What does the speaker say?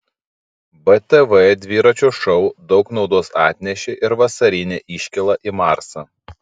btv dviračio šou daug naudos atnešė ir vasarinė iškyla į marsą